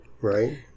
right